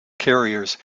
carriers